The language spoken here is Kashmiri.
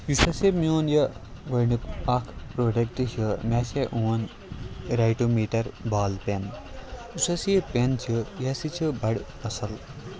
یُس ہَسا میون یہِ گۄڈنیُک اَکھ پرٛوڈَکٹ چھُ مےٚ ہَسا اوٚن ریٹو میٖٹَر بال پٮ۪ن یُس ہَسا یہِ پٮ۪ن چھُ یہِ ہَسا چھُ بَڑٕ اصٕل